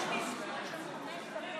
מה טיבי נתן לך בשביל זה?